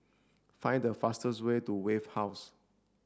find the fastest way to Wave House